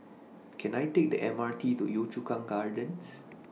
Can I Take The M R T to Yio Chu Kang Gardens